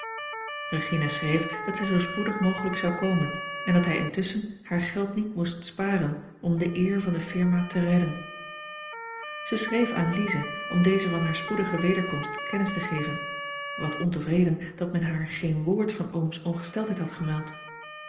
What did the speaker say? regina schreef dat zij zoo spoedig mogelijk zou komen en dat hij intusschen haar geld niet moest sparen om de eer van de firma te redden zij schreef aan lize om deze van hare spoedige wederkomst kennis te geven wat ontevreden dat men haar geen woord van oom's ongesteldheid had gemeld